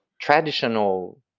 traditional